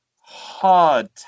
Hard